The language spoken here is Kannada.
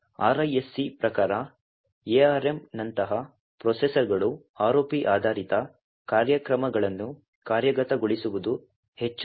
RISC ಪ್ರಕಾರ ARM ನಂತಹ ಪ್ರೊಸೆಸರ್ಗಳು ROP ಆಧಾರಿತ ಕಾರ್ಯಕ್ರಮಗಳನ್ನು ಕಾರ್ಯಗತಗೊಳಿಸುವುದು ಹೆಚ್ಚು ಕಷ್ಟ